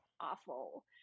awful